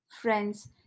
Friends